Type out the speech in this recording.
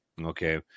Okay